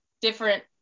different